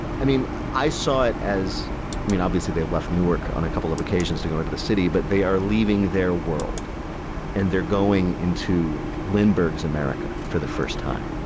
i mean, i saw it as. i mean, obviously they've left newark on a couple of occasions to go into the city, but they are leaving their world and they're going into lindbergh's america for the first time.